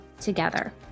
together